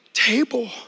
table